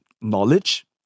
Knowledge